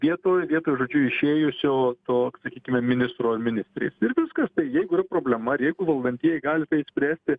vietoj vietoj žodžiu išėjusio to sakykime ministro ar ministrės ir viskas tai jeigu yra problema ir jeigu valdantieji gali tai išspręsti